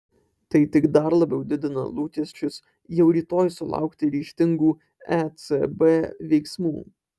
tai tik dar labiau didina lūkesčius jau rytoj sulaukti ryžtingų ecb veiksmų